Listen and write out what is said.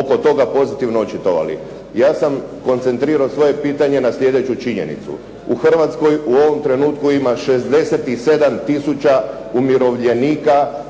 oko toga pozitivno očitovali. Ja sam koncentrirao svoje pitanje na sljedeću činjenicu. U Hrvatskoj u ovom trenutku ima 67000 umirovljenika